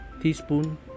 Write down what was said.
teaspoon